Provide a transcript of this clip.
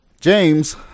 James